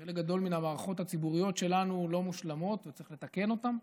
חלק גדול מן המערכות הציבוריות שלנו לא מושלמות וצריך לתקן אותן.